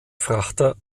frachter